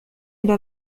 إلى